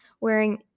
wearing